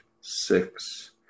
six